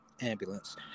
ambulance